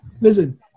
Listen